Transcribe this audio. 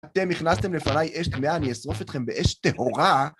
אתם הכנסתם לפניי אש טמאה, אני אשרוף אתכם באש טהורה.